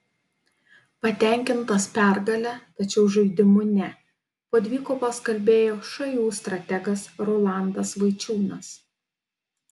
patenkintas pergale tačiau žaidimu ne po dvikovos kalbėjo šu strategas rolandas vaičiūnas